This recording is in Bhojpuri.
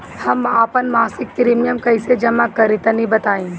हम आपन मसिक प्रिमियम कइसे जमा करि तनि बताईं?